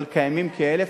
אבל קיימים כ-1,000.